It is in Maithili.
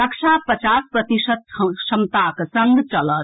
कक्षा पचास प्रतिशत क्षमताक संग चलत